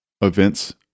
events